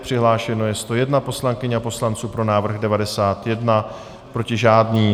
Přihlášeno je 101 poslankyň a poslanců, pro návrh 91, proti žádný.